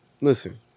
listen